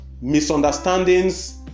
misunderstandings